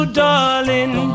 darling